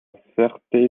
ferté